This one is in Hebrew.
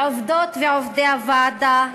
לעובדות ועובדי הוועדה,